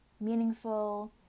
meaningful